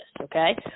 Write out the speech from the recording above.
okay